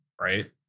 right